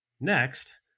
Next